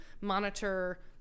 monitor